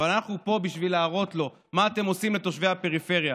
אבל אנחנו פה בשביל להראות לו מה אתם עושים לתושבי הפריפריה,